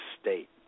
state